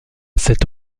cette